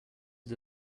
his